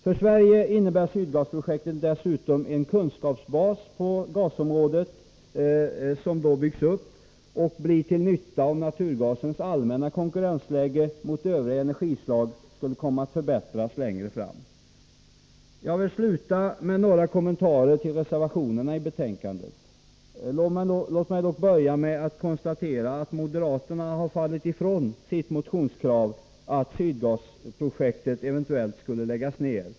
För Sverige innebär Sydgasprojektet dessutom en kunskapsbas på gasområdet som då skulle byggas upp och bli till nytta, och naturgasens allmänna konkurrensläge i förhållande till övriga energislag skulle komma att förbättras längre fram. Jag vill sluta med några kommentarer till reservationerna i betänkandet. Låt mig då börja med konstatera att moderaterna har frångått sitt motionskrav att Sydgasprojektet eventuellt skulle läggas ned.